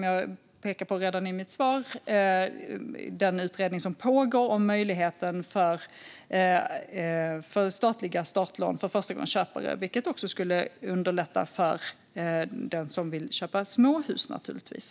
Jag pekade redan i mitt svar på den utredning som pågår om möjligheten till statliga startlån för förstagångsköpare, vilket också skulle underlätta för den som vill köpa ett småhus.